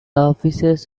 offices